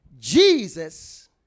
Jesus